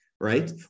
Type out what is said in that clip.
right